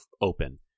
open